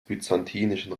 byzantinischen